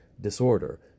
disorder